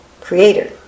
creator